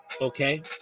okay